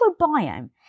microbiome